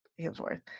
Hemsworth